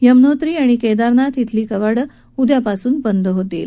यमनोत्री आणि केदारनाथ इथली कवाडं ही उद्यापासून बंद होतील